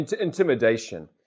intimidation